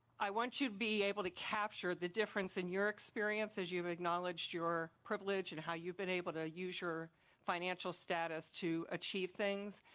i want you to be able to capture the difference in your experience as you've acknowledged your privilege and how you've been able to use your financial status to achieve things.